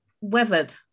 Weathered